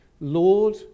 Lord